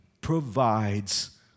provides